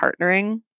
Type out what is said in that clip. partnering